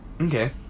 Okay